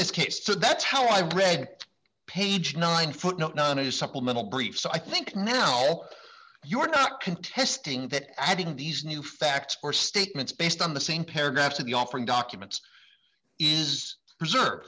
this case to that's how i read page nine footnote none is supplemental brief so i think now you are not contesting that adding these new facts or statements based on the same paragraphs of the offering documents is preserve